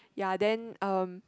ya then uh